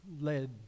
led